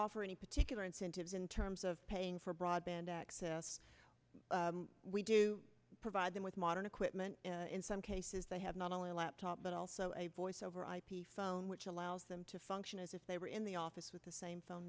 offer any particular incentives in terms of paying for broadband access we do provide them with modern equipment in some cases they have not only a laptop but also a voice over ip phone which allows them to function as if they were in the office with the same phone